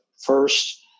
first